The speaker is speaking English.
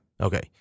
Okay